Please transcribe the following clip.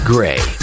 Gray